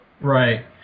right